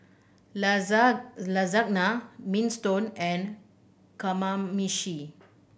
Lasagna Minestrone and Kamameshi